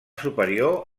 superior